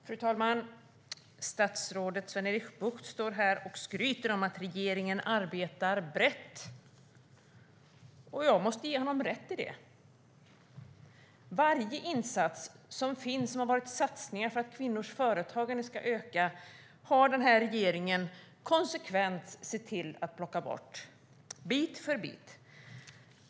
Fru talman! Statsrådet Sven-Erik Bucht står här och skryter om att regeringen arbetar brett, och jag måste ge honom rätt i det. Varje insats som har inneburit satsningar på att kvinnors företagande ska öka har regeringen konsekvent sett till att plocka bort, bit för bit.